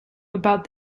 about